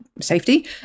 safety